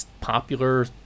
popular